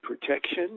protection